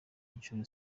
nshuro